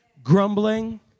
Grumbling